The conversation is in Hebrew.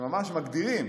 שממש מגדירים